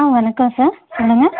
ஆ வணக்கம் சார் சொல்லுங்க